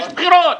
יש בחירות.